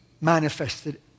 manifested